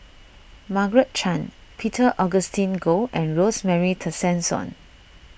Margaret Chan Peter Augustine Goh and Rosemary Tessensohn